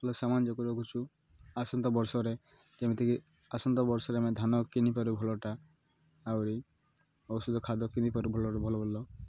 ଭଲ ସାମାନ୍ ଯାକ ରଖୁଛୁ ଆସନ୍ତା ବର୍ଷରେ ଯେମିତିକି ଆସନ୍ତା ବର୍ଷରେ ଆମେ ଧାନ କିଣିପାରୁ ଭଲଟା ଆହୁରି ଔଷଧ ଖାଦ୍ୟ କିଣିପାରୁ ଭଲଟା ଭଲ ଭଲ